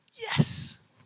Yes